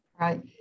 Right